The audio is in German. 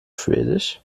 schwedisch